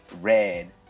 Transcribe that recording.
red